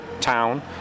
town